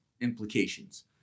implications